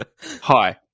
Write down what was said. hi